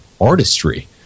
artistry